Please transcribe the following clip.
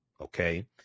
Okay